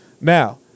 Now